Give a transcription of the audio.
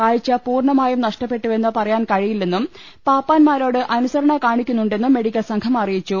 കാഴ്ച്ച പൂർണമായും നഷ്ടപ്പെട്ടുവെന്ന് പറയാൻ കഴിയില്ലെന്നും പാപ്പാന്മാരോട് അനുസരണ കാണിക്കുന്നുണ്ടെന്നും മെഡിക്കൽ സംഘം അറിയിച്ചു